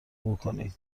بکنی